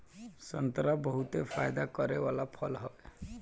संतरा बहुते फायदा करे वाला फल हवे